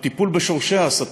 הטיפול בשורשי ההסתה,